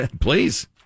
please